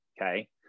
okay